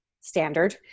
standard